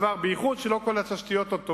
בייחוד כשלא כל התשתיות הן טובות.